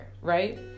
right